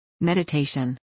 Meditation